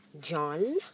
John